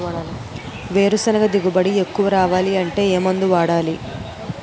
వేరుసెనగ దిగుబడి ఎక్కువ రావాలి అంటే ఏ మందు వాడాలి?